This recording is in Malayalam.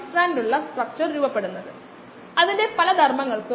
സാന്ദ്രത അളക്കുന്നതിനുള്ള രീതികൾ ആദ്യം നോക്കാം